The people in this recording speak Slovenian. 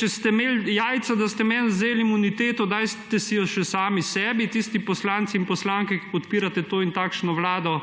Če ste imeli jajca, da ste meni vzeli imuniteto, si jo dajte še sami sebi, tisti poslanci in poslanke, ki podpirate to in takšno vlado,